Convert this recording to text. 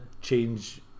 change